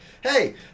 Hey